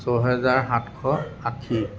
ছয় হেজাৰ সাতশ আশী